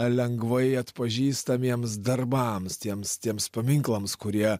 lengvai atpažįstamiems darbams tiems tiems paminklams kurie